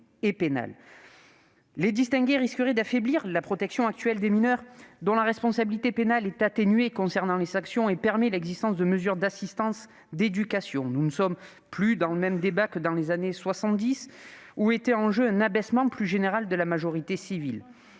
ces majorités risquerait d'affaiblir la protection actuelle des mineurs, dont la responsabilité pénale est atténuée concernant les sanctions et pour lesquels peuvent être décidées des mesures d'assistance ou d'éducation. Nous ne sommes plus dans le même débat que dans les années 1970, où était en jeu un abaissement plus général de la majorité civile.